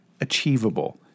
achievable